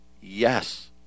Yes